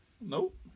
Nope